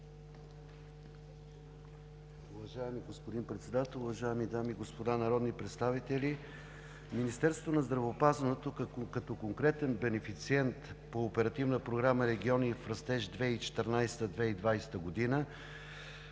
Уважаеми господин Председател, уважаеми дами и господа народни представители! Министерството на здравеопазването като конкретен бенефициент по Оперативна програма „Региони в растеж 2014 – 2020 г.“